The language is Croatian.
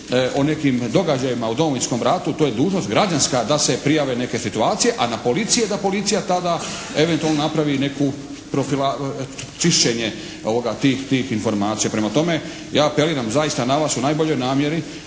o događajima u Domovinskom ratu to je dužnost građanska da se prijave neke situacije a na policiji je da policija tada eventualno napravi neko čišćenje tih informacija. Prema tome, ja apeliram zaista na vas u najboljoj namjeri